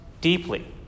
deeply